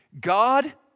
God